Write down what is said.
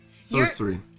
sorcery